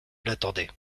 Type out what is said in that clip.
l’attendait